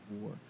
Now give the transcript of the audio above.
war